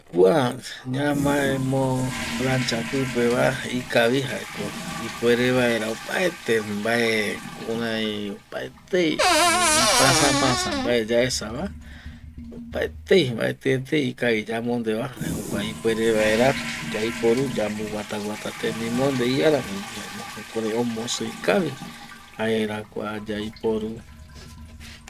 Kua ñamaemo plancha pipeva ikavi jaeko ipuere vaera opaete kua kurai opaetei ipasapasa mbae yaesava opaetei mbaetietei ikavi yamondeva jae jokua ipuere vaera yaiporu yamboguata guata teminde iarambo rupi jaema jukurai omosii kavi jaera kua yaiporu